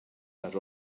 les